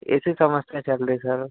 ऐसी समस्या चल रही सर